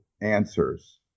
answers